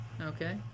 Okay